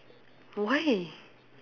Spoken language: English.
why